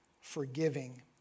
forgiving